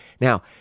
Now